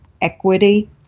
equity